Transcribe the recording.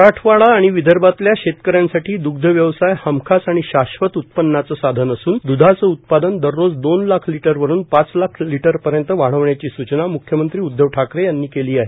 मराठवाडा आणि विदर्भातल्या शेतकऱ्यांसाठी दुग्ध व्यवसाय हमखास आणि शाश्वत उत्पन्नाचं साधन असून द्धाचं उत्पादन दररोज दोन लाख लीटरवरुन पाच लाख लीटरपर्यंत वाढवण्याची सूचना म्ख्यमंत्री उद्धव ठाकरे यांनी केली आहे